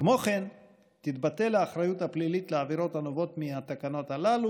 כמו כן תתבטל האחריות הפלילית לעבירות הנובעות מהתקנות הללו,